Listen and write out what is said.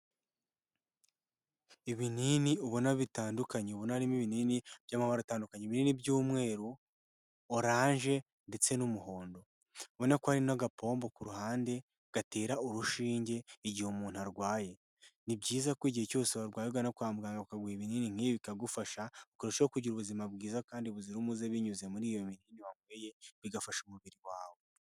Ibinini ubona bitandukanye ubona harimo ibinini by'amabara atandukanye binini by'umweru, oranje ndetse n'umuhondo. Ubona ko hari n'agapombo ku ruhande gatera urushinge igihe umuntu arwaye. Ni byiza ko igihe cyose warwaye ugana kwa muganga bakaguha ibinini nk'ibi bikagufasha, ukurushaho kugira ubuzima bwiza kandi buzira umuze binyuze muri ibyo binini wanyweye, bigafasha umubiri wawe.